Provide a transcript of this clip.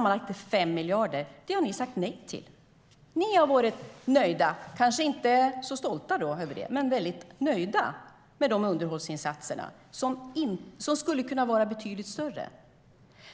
Ni kanske inte har varit så stolta men väldigt nöjda med underhållsinsatserna som skulle ha kunnat vara betydligt större.